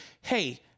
hey